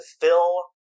fill